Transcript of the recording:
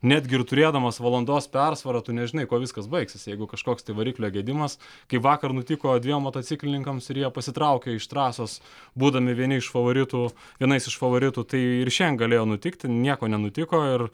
netgi ir turėdamas valandos persvarą tu nežinai kuo viskas baigsis jeigu kažkoks tai variklio gedimas kaip vakar nutiko dviem motociklininkams ir jie pasitraukė iš trasos būdami vieni iš favoritų vienais iš favoritų tai ir šian galėjo nutikti nieko nenutiko ir